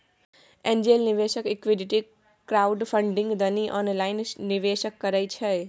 angel निवेशक equity crowdfunding दनी online निवेशो करइ छइ